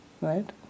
Right